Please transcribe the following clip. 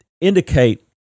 indicate